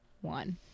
one